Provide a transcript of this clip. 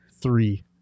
Three